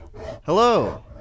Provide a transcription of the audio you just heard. Hello